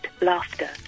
laughter